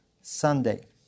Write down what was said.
Sunday